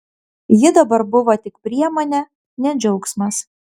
ji dabar buvo tik priemonė ne džiaugsmas